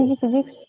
physics